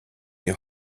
your